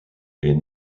est